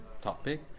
topic